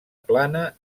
plana